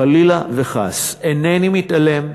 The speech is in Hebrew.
חלילה וחס, אינני מתעלם.